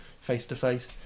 face-to-face